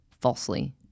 falsely